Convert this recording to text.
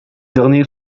derniers